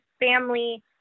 family